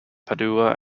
padua